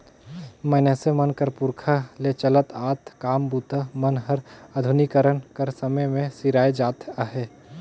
मइनसे मन कर पुरखा ले चलत आत काम बूता मन हर आधुनिकीकरन कर समे मे सिराए जात अहे